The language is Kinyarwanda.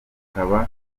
rukaba